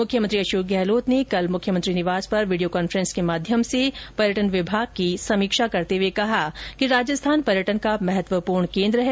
मुख्यमंत्री अशोक गहलोत ने कल मुख्यमंत्री निवास पर वीडियो कॉन्फ्रेंस के माध्यम से पर्यटन विभाग की समीक्षा करते हुए कहा कि राजस्थान पर्यटन का महत्वपूर्ण केन्द्र है